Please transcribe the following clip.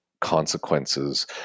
consequences